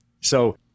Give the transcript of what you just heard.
So-